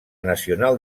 nacional